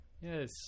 Yes